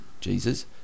Jesus